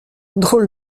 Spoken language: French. drôle